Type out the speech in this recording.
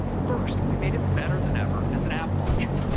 first, we made it better than ever as an app launcher.